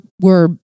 Were-